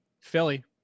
Philly